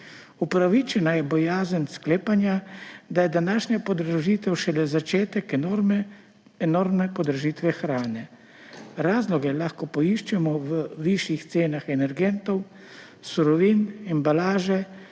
Upravičena je bojazen sklepanja, da je današnja podražitev šele začetek enormne podražitve hrane. Razloge lahko poiščemo v višjih cenah energentov, surovin, embalaže,